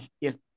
yes